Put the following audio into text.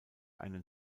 einen